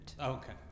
okay